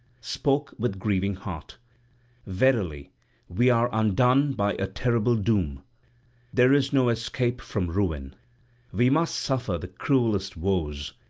spoke with grieving heart verily we are undone by a terrible doom there is no escape from ruin we must suffer the cruellest woes,